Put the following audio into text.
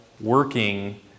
working